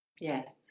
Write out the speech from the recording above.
Yes